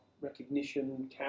recognition